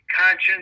conscience